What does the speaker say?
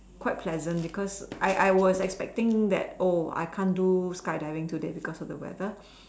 quite pleasant because I I was expecting that oh I can't do skydiving today because of the weather